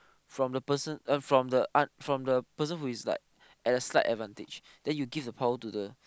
from the person from the un~ from the person who is like at a slight advantage then you give the power to the